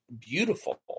beautiful